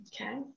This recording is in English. Okay